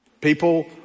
People